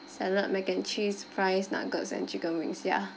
salad mac and cheese fries nuggets and chicken wings ya